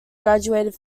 graduated